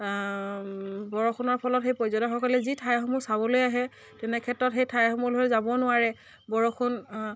বৰষুণৰ ফলত সেই পৰ্যটকসকলে যি ঠাইসমূহ চাবলৈ আহে তেনে ক্ষেত্ৰত সেই ঠাইসমূহলে যাব নোৱাৰে বৰষুণ